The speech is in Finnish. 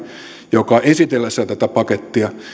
joka esitellessään tätä pakettia